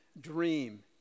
dream